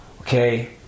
Okay